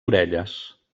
orelles